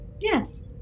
Yes